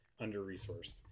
under-resourced